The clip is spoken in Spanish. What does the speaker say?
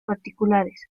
particulares